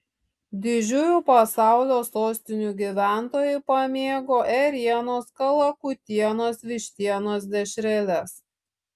didžiųjų pasaulio sostinių gyventojai pamėgo ėrienos kalakutienos vištienos dešreles